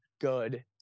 good